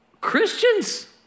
Christians